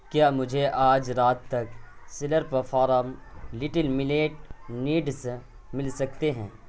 کیا مجھے آج رات تک Slurrp Farm little millet noodles مل سکتے ہیں